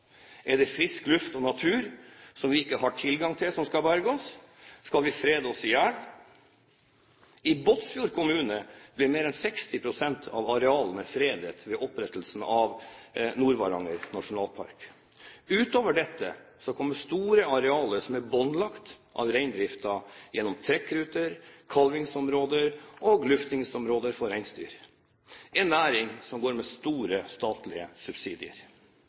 Er det frisk luft og natur, som vi ikke har tilgang til, som skal berge oss? Skal vi frede oss i hjel? I Båtsfjord kommune ble mer enn 60 pst. av arealene fredet ved opprettelsen av Varangerhalvøya nasjonalpark. Utover dette kommer store arealer som er båndlagt av reindriften gjennom trekkruter, kalvingsområder og luftingsområder for reinsdyr, en næring som får store statlige subsidier.